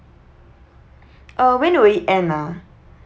uh when will it end ah